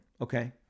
okay